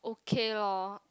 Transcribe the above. okay lor